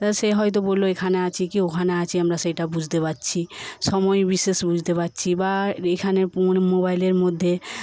সে হয়তো বললো এখানে আছি কি ওখানে আছি আমরা সেইটা বুঝতে পারছি সময় বিশেষ বুঝতে পারছি বা এখানে মোবাইলের মধ্যে